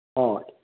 ꯍꯣꯏ